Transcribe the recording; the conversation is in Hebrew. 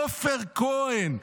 עופר כהן,